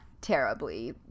terribly